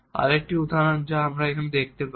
আরেকটি উদাহরণ যা আমরা এখানে দেখতে পারি